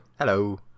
Hello